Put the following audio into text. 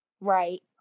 Right